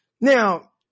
Now